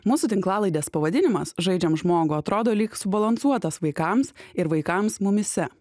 mūsų tinklalaidės pavadinimas žaidžiam žmogų atrodo lyg subalansuotas vaikams ir vaikams mumyse